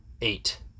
eight